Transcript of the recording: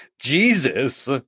Jesus